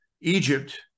egypt